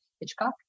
Hitchcock